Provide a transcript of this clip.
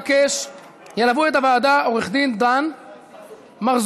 ילווה את הוועדה עו"ד דן מרזוק.